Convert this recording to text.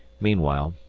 meanwhile,